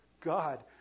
God